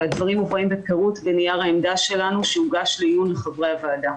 והדברים מובאים בפירוט בנייר העמדה שלנו שהוגש לעיון חברי הוועדה.